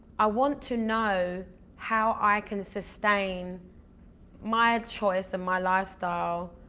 i want to know how i can sustain my choice and my lifestyle